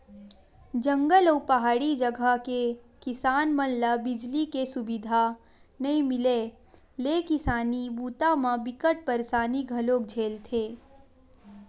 जंगल अउ पहाड़ी जघा के किसान मन ल बिजली के सुबिधा नइ मिले ले किसानी बूता म बिकट परसानी घलोक झेलथे